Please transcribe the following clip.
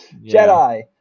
Jedi